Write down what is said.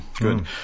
Good